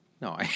No